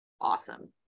Awesome